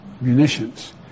munitions